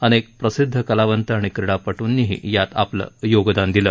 अनेक प्रसिद्ध कलावंत आणि क्रीडापटूंनीही यात आपलं योगदान दिलं